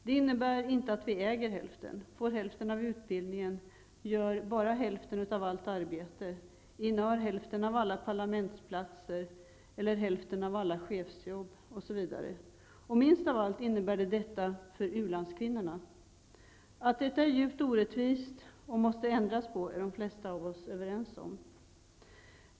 Det innebär inte att vi äger hälften, får hälften av utbildningen, gör bara hälften av allt arbete, innehar hälften av alla parlamentsplatser eller hälften av alla chefsjobb, osv, och minst av allt innebär det detta för ulandskvinnorna. Att detta är djupt orättvist och måste ändras, är de flesta av oss överens om.